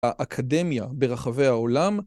‫האקדמיה ברחבי העולם.